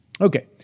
Okay